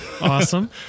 Awesome